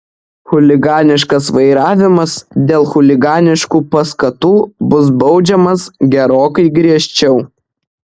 chuliganiškas vairavimas dėl chuliganiškų paskatų bus baudžiamas gerokai griežčiau